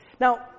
Now